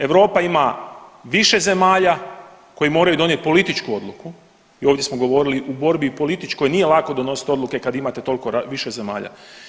Europa ima više zemalja koje moraju donijeti političku odluku i ovdje smo govorili u borbi političkoj nije lako donositi odluke kad imate toliko više zemalja.